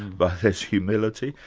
but there's humility,